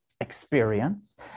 experience